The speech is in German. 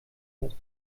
hat